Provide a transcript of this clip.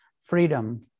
freedom